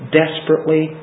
desperately